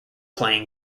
playing